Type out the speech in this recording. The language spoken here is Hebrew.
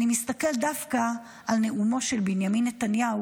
אני מסתכל דווקא על נאומו של בנימין נתניהו